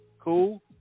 Cool